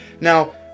Now